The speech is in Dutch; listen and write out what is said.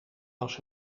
was